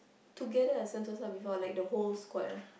together Sentosa before like the whole squad lor